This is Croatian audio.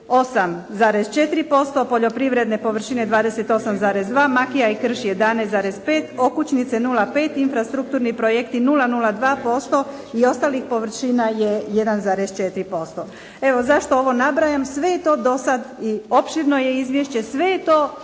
58,4%, poljoprivredne površine 28,2, makija i krš 11,5, okućnice 0,5, infrastrukturni projekti 00,2% i ostalih površina je 1,4%. Evo zašto ovo nabrajam? Sve je to do sad i opširno je izvješće. Sve je to,